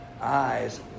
eyes